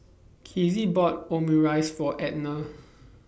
Kizzie bought Omurice For Edna